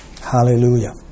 Hallelujah